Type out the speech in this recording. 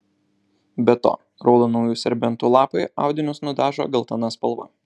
be to raudonųjų serbentų lapai audinius nudažo geltona spalva